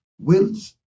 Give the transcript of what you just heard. wills